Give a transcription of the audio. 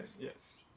yes